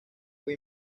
fue